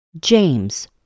James